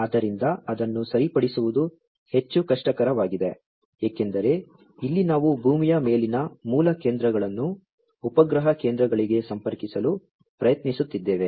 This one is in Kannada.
ಆದ್ದರಿಂದ ಅದನ್ನು ಸರಿಪಡಿಸುವುದು ಹೆಚ್ಚು ಕಷ್ಟಕರವಾಗಿದೆ ಏಕೆಂದರೆ ಇಲ್ಲಿ ನಾವು ಭೂಮಿಯ ಮೇಲಿನ ಮೂಲ ಕೇಂದ್ರಗಳನ್ನು ಉಪಗ್ರಹ ಕೇಂದ್ರಗಳಿಗೆ ಸಂಪರ್ಕಿಸಲು ಪ್ರಯತ್ನಿಸುತ್ತಿದ್ದೇವೆ